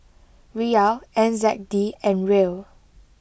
Riyal N Z D and Riel